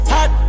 Hot